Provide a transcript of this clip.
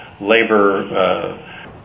labor